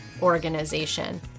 organization